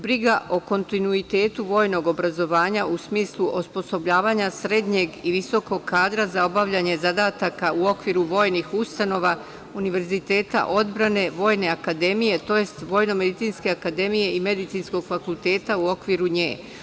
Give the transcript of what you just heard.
Briga o kontinuitetu vojnog obrazovanja u smislu osposobljavanja srednjeg i visokog kadra za obaljanje zadataka u okviru vojnih ustanova, univerziteta odbrane, Vojne akademije, tj. VMA i Medicinskog fakulteta u okviru nje.